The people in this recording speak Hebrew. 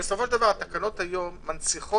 בסופו של דבר התקנות היום מנציחות